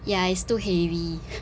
ya it's too heavy